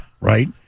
Right